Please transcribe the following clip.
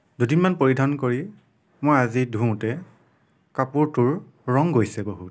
দুদিনমান পৰিধান কৰি মই আজি ধুওঁতে কাপোৰটোৰ ৰং গৈছে বহুত